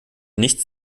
nichts